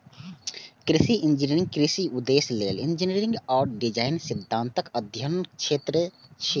कृषि इंजीनियरिंग कृषि उद्देश्य लेल इंजीनियरिंग आ डिजाइन सिद्धांतक अध्ययनक क्षेत्र छियै